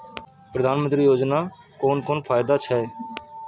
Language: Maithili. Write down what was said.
प्रधानमंत्री योजना कोन कोन फायदा छै?